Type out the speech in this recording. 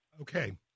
Okay